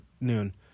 noon